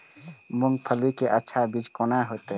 मूंगफली के अच्छा बीज कोन होते?